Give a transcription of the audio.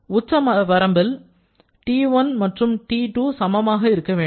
உச்சவரம்பில் T1 மற்றும் T2 சமமாக இருக்க வேண்டும்